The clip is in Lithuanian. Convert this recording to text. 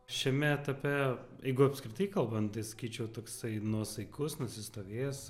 šiame etape jeigu apskritai kalbant tai sakyčiau toksai nuosaikus nusistovėjęs